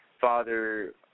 Father